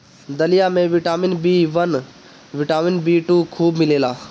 दलिया में vitamin B one, vitamin B two खूब मिलेला